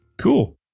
Cool